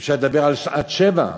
אפשר לדבר על עד שבע,